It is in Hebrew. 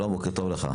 שלום, בוקר טוב לך.